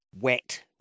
wet